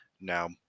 Now